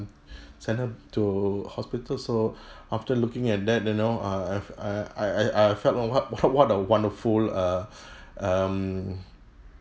send her to hospital so after looking at that you know uh I I I I felt like what a what a wonderful uh um